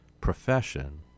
profession